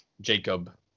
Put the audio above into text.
Jacob